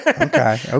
Okay